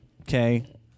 Okay